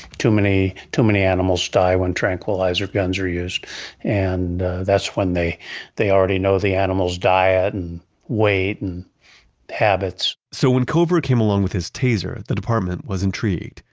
too many too many animals die when tranquilizer guns are used and that's when they they already know the animal's diet and weight and habits so when cover came along with his taser, the department was intrigued.